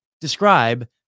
describe